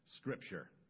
Scripture